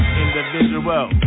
individual